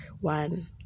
one